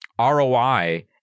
ROI